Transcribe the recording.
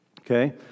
okay